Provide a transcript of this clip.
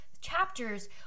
chapters